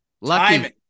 Lucky